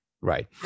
right